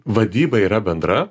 vadyba yra bendra